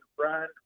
run